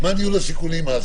מה אז ניהול הסיכונים של